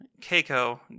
Keiko